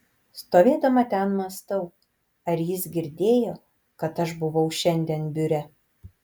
stovėdama ten mąstau ar jis girdėjo kad aš buvau šiandien biure